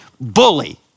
bully